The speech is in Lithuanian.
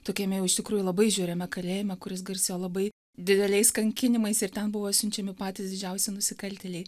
tokiame jau iš tikrųjų labai žiauriame kalėjime kuris garsėjo labai dideliais kankinimais ir ten buvo siunčiami patys didžiausi nusikaltėliai